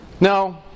No